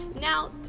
Now